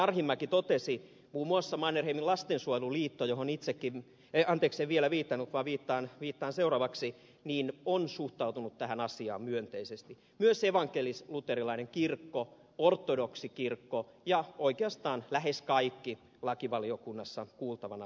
arhinmäki totesi muun muassa mannerheimin lastensuojeluliitto johon itsekin ei anteeksi vielä viitannut vaan viittaan seuraavaksi on suhtautunut tähän asiaan myönteisesti samoin evankelisluterilainen kirkko ortodoksinen kirkko ja oikeastaan lähes kaikki lakivaliokunnassa kuultavana olleet tahot